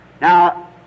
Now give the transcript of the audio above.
Now